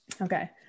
Okay